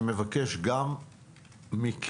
אני מבקש גם מכם,